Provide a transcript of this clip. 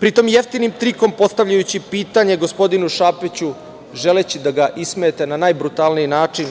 pri tom jeftinim trikom postavljajući pitanje gospodinu Šapiću, želeći da ga ismejete na najbrutalniji način.